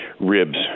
ribs